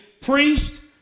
priest